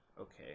Okay